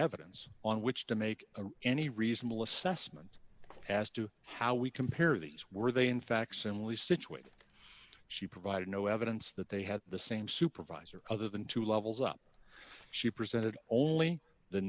evidence on which to make any reasonable assessment as to how we compare these were they in fact similarly situated she provided no evidence that they had the same supervisor other than two levels up she presented only the